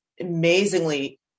amazingly